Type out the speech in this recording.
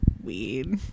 weed